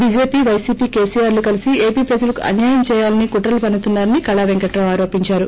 BJP YCP కేసీఆర్లు కలిసి AP ప్రజలకు అన్యాయం చేయాలని కుట్రలు పన్ను తున్నా రని కళా వెంకట్రావు ఆరోపించారు